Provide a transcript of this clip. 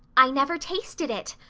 i never tasted it,